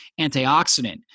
antioxidant